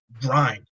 grind